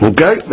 Okay